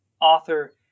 author